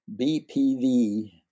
BPV